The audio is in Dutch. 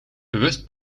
bewust